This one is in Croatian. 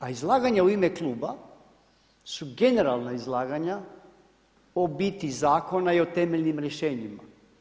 A izlaganje u ime kluba su generalna izlaganja o biti zakona i temeljnim rješenjima.